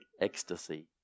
ecstasy